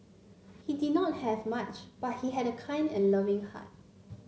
he did not have much but he had a kind and loving heart